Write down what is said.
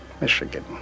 Michigan